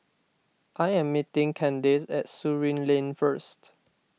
I am meeting Candace at Surin Lane first